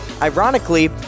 Ironically